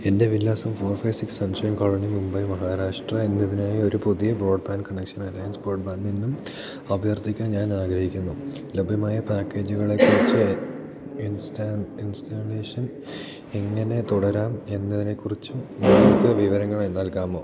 എൻ്റെ വിലാസം four five six sunshine colony Mumbai Maharashtra എന്നതിനായൊരു പുതിയ ബ്രോഡ്ബാൻഡ് കണക്ഷൻ അലയൻസ് ബ്രോഡ്ബാൻഡില്നിന്നും അഭ്യർത്ഥിക്കാൻ ഞാൻ ആഗ്രഹിക്കുന്നു ലഭ്യമായ പാക്കേജുകളെക്കുറിച്ചും ഇൻസ്റ്റാളേഷൻ എങ്ങനെ തുടരാം എന്നതിനെക്കുറിച്ചും നിങ്ങൾക്കു വിവരങ്ങൾ നൽകാമോ